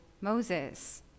Moses